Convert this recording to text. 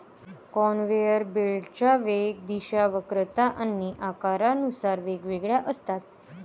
conveyor बेल्टच्या वेग, दिशा, वक्रता आणि आकारानुसार वेगवेगळ्या असतात